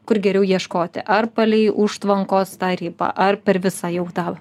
kur geriau ieškoti ar palei užtvankos tą ribą ar per visą jau tą